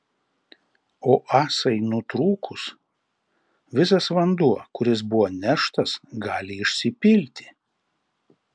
o ąsai nutrūkus visas vanduo kuris buvo neštas gali išsipilti